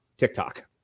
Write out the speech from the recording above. TikTok